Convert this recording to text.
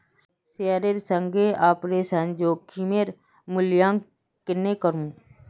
शेयरेर संगे ऑपरेशन जोखिमेर मूल्यांकन केन्ने करमू